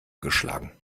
geschlagen